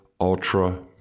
ultra